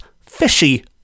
fishy